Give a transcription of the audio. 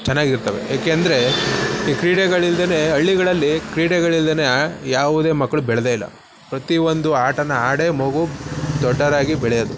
ಚೆನ್ನಾಗಿರ್ತವೆ ಏಕೆ ಅಂದರೆ ಈ ಕ್ರೀಡೆಗಳಿಲ್ದೇ ಹಳ್ಳಿಗಳಲ್ಲಿ ಕ್ರೀಡೆಗಳಿಲ್ದೇ ಯಾವುದೇ ಮಕ್ಕಳು ಬೆಳೆದೇ ಇಲ್ಲ ಪ್ರತಿಯೊಂದು ಆಟನ ಆಡಿಯೇ ಮಗು ದೊಡ್ಡವರಾಗಿ ಬೆಳೆಯೋದು